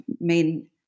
main